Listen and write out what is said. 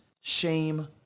shame